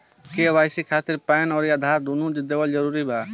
KYC खातिर PAN आउर आधार दुनों देवल जरूरी बा?